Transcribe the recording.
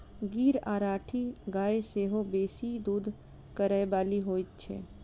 गीर आ राठी गाय सेहो बेसी दूध करय बाली होइत छै